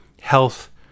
health